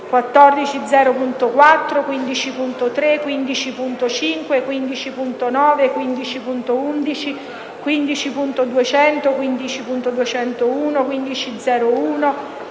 14.0.4, 15.3, 15.5, 15.9, 15.11, 15.200, 15.201, 15.0.1,